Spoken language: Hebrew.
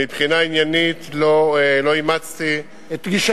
מבחינה עניינית לא אימצתי, את גישתו.